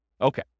Okay